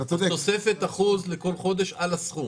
תוספת 1% לכל חודש על הסכום.